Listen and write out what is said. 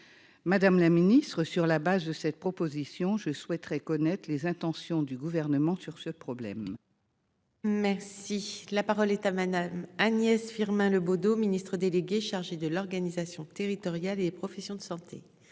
Madame la Ministre sur la base de cette proposition, je souhaiterais connaître les intentions du gouvernement sur ce problème. Merci la parole est à Mannheim Agnès Firmin Le Bodo, Ministre délégué chargé de l'organisation territoriale et des professions de santé.